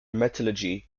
metallurgy